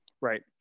Right